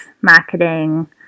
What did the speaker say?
marketing